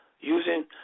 using